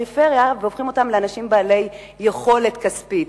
הפריפריה והופכים אותם נגישים לאנשים בעלי יכולת כספית.